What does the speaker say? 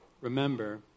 remember